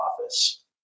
office